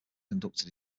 conducted